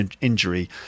injury